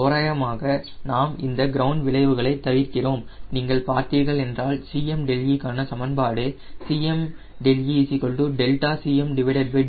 தோராயமாக நாம் இந்த கிரவுண்ட் விளைவுகளை தவிர்க்கிறோம் நீங்கள் பார்த்தீர்கள் என்றால் Cmδe க்கான சமன்பாடு Cmδe ΔCmΔ𝛿e 0